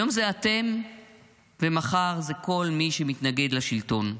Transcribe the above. היום זה אתם ומחר זה כל מי שמתנגד לשלטון.